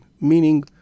Meaning